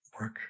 work